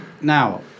now